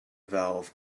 valve